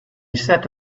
set